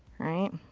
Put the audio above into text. right.